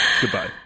goodbye